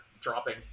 dropping